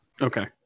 Okay